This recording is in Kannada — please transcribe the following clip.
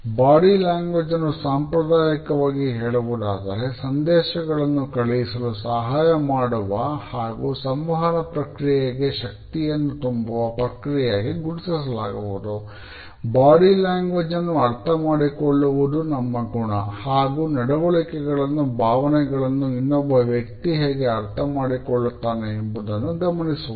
ಬಾಡಿ ಲ್ಯಾಂಗ್ವೇಜ್ ಅನ್ನು ಅರ್ಥ ಮಾಡಿಕೊಳ್ಳುವುದು ನಮ್ಮ ಗುಣ ಹಾಗು ನಡವಳಿಕೆಗಳನ್ನು ಭಾವನೆಗಳನ್ನು ಇನ್ನೊಬ್ಬ ವ್ಯಕ್ತಿ ಹೇಗೆ ಅರ್ಥ ಮಾಡಿಕೊಳ್ಳುತ್ತಾನೆ ಎಂಬುದನ್ನು ಗಮನಿಸುವುದು